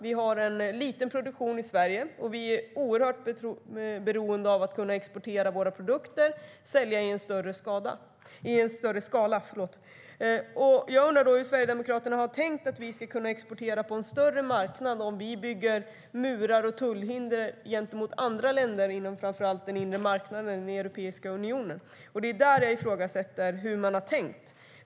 Vi har en liten produktion i Sverige, och vi är oerhört beroende av att kunna exportera våra produkter och sälja i en större skala. Jag undrar då hur Sverigedemokraterna har tänkt att vi ska kunna exportera på en större marknad om vi bygger murar och tullhinder gentemot andra länder inom framför allt den inre marknaden i Europeiska unionen. Det är där jag ifrågasätter hur man har tänkt.